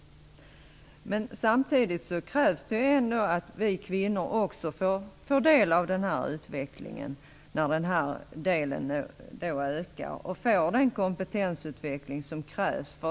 Men samtidigt krävs det att vi kvinnor också får del av utvecklingen när den här delen ökar och får den kompetensutveckling som krävs.